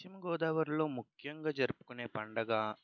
పశ్చిమ గోదావరిలో ముఖ్యంగా జరుపుకొనే పండుగ